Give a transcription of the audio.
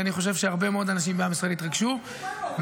אני חושב שהרבה מאוד אנשים בעם ישראל התרגשו מהאמת,